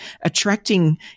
attracting